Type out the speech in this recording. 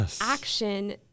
action